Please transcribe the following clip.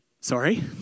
Sorry